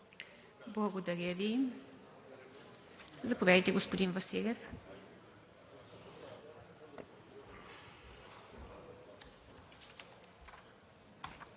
Благодаря Ви. Заповядайте, господин Хамид,